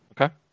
Okay